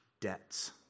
debts